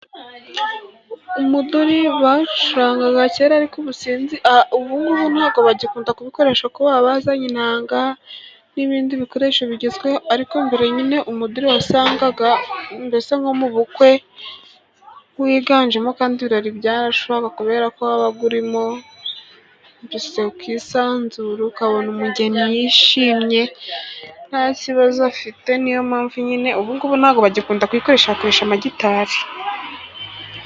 Umuduri bacurangaga kera ariko ubu ngubu ntago bagikunda kubikoresha, kuko kuba bazanye inanga n'ibindi bikoresho bigezweho, ariko mbere nyine umuderi wasangaga mbese nko mu bukwe wiganjemo kandi ibirori byashuhaga, kubera ko wabaga urimo mbese bakisanzura ukabona umugeni yishimye nta kibazo afite, niyo mpamvu nyine ubugubu ntabwo bagikunda kuyikoresha basigaye bakoresha amagitari.